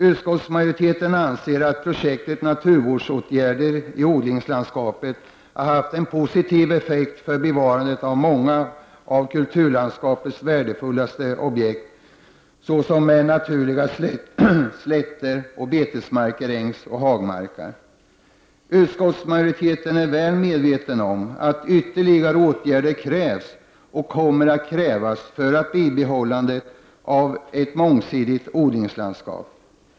Utskottsmajoriteten anser att projektet naturvårdsåtgärder i odlingslandskapet har haft en positiv effekt för bevarande av många av kulturlandskapets värdefullaste objekt, såsom naturliga slåtteroch betesmarker, ängsoch hagmarker. Utskottsmajoriteten är väl medveten om att ytterligare åtgärder krävs och kommer att krävas för bibehållandet av ett mångsidigt odlingslandskap.